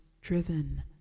driven